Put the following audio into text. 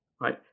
right